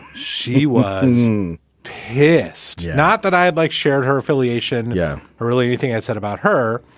she was pissed. not that i had, like shared her affiliation yeah or really anything i said about her.